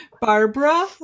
Barbara